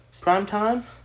Primetime